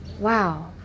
Wow